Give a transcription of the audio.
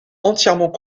entièrement